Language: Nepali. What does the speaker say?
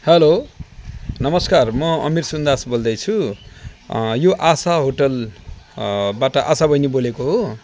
हेलो नमस्कार अमिर सुन्दास बोल्दैछु यो आसा होटेल बाट आसा बहिनी बोलेको हो